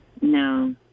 No